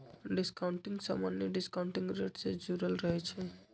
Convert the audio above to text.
discounting समान्य discounting rate से जुरल रहै छइ